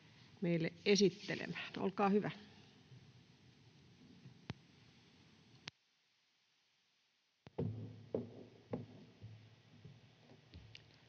meille esittelemään. Olkaa hyvä.